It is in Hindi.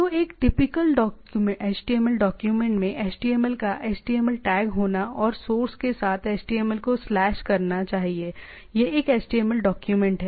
तो एक टिपिकल HTML डॉक्यूमेंट में HTML का HTML टैग होना चाहिए और सोर्स के साथ HTML को स्लैश करना चाहिए यह एक HTML डॉक्यूमेंट है